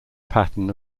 pattern